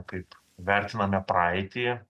kaip vertiname praeitį